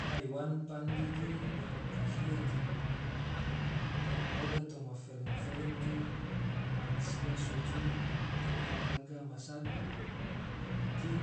Haiwan pande ge, nyao kahia ge, ngom hoda toma flem-flem ge, mansia so jum ena laga masagu ge